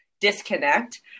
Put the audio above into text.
disconnect